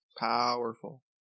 powerful